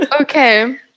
okay